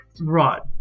Right